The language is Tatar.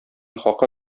хакы